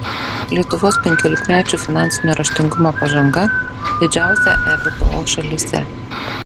lietuvos penkiolikmečių finansinio raštingumo pažanga didžiausia ebpo šalyse